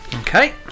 Okay